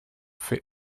fait